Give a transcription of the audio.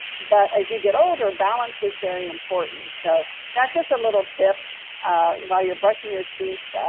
but as you get older balance is very important. so that's just a little tip while you're brushing your teeth,